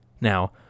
Now